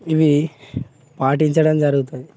ఇవి పాటించడం జరుగుతుంది